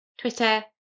Twitter